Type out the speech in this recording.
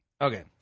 Okay